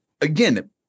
again